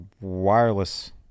wireless